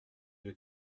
veux